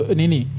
nini